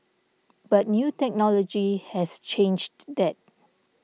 but new technology has changed that